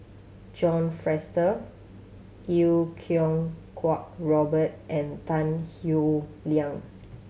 John Fraser Iau Kuo Kwong Robert and Tan Howe Liang